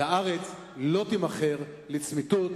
"והארץ לא תימכר לצמיתות".